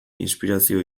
inspirazio